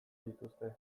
dituzte